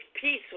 peace